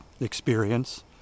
experience